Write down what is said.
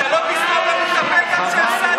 אתה בקריאה שנייה.